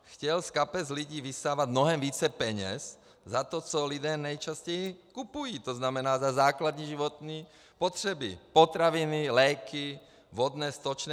Chtěl z kapes lidí vysávat mnohem více peněz za to, co lidé nejčastěji kupují, to znamená za základní životní potřeby potraviny, léky, vodné, stočné atd.